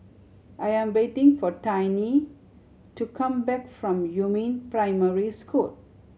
I am waiting for Tiny to come back from Yumin Primary School